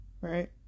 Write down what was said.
Right